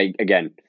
again